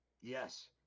Yes